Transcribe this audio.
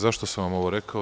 Zašto sam vam ovo rekao?